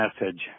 message